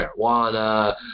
marijuana